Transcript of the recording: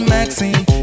Maxine